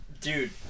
dude